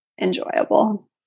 enjoyable